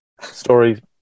story